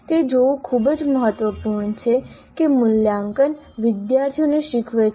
તે જોવું ખૂબ જ મહત્વપૂર્ણ છે કે મૂલ્યાંકન વિદ્યાર્થીઓને શીખવે છે